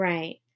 Right